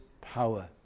power